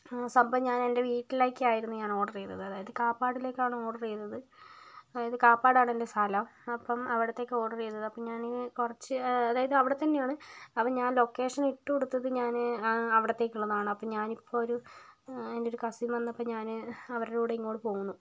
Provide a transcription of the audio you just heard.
സംഭവം ഞാൻ എൻ്റെ വീട്ടിലേക്കായിരുന്നു ഞാൻ ഓർഡർ ചെയ്തത് അതായത് കാപ്പാടിലേക്കാണ് ഓർഡർ ചെയ്തത് അതായത് കാപ്പാടാണെൻ്റെ സ്ഥലം അപ്പം അവിടത്തേക്കാണ് ഓർഡർ ചെയ്തത് അപ്പോൾ ഞാൻ കുറച്ച് അതായത് അവിടെത്തന്നെയാണ് അപ്പോൾ ഞാൻ ലൊക്കേഷൻ ഇട്ടുകൊടുത്തത് ഞാൻ അവിടത്തേക്കുള്ളതാണ് അപ്പോൾ ഞാനിപ്പോൾ ഒരു എൻ്റെ ഒരു കസിൻ വന്നപ്പോൾ ഞാൻ അവരുടെ കൂടെ ഇങ്ങോട്ട് പോന്നു